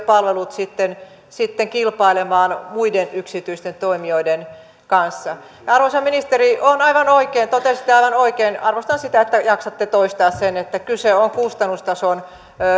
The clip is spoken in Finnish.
palvelut sitten sitten kilpailemaan muiden yksityisten toimijoiden kanssa ja arvoisa ministeri totesitte aivan oikein arvostan sitä että jaksatte toistaa sen että kyse on kustannustason